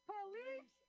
Police